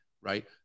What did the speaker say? Right